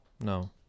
no